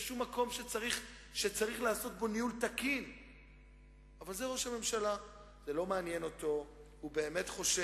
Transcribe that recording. הם יסובבו לראש הממשלה הזה את הגב.